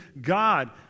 God